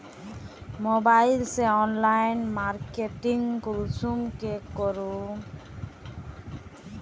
Mobile से online marketing कुंसम के करूम?